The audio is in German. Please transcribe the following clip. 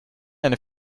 eine